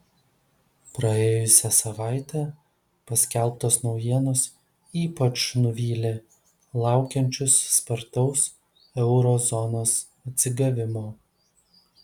praėjusią savaitę paskelbtos naujienos ypač nuvylė laukiančius spartaus euro zonos atsigavimo